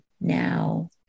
now